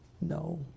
No